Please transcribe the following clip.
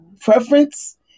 preference